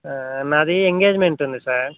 నాది ఎంగేజ్మెంట్ ఉంది సార్